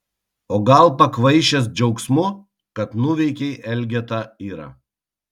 o gal pakvaišęs džiaugsmu kad nuveikei elgetą irą